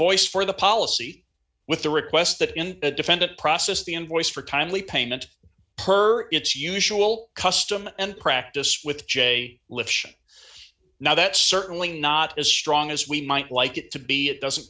invoice for the policy with the request that in the defendant process the invoice for timely payment per it's usual custom and practice with j now that's certainly not as strong as we might like it to be it doesn't